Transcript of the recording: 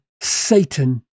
Satan